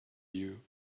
you